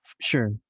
Sure